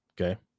Okay